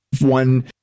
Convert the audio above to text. one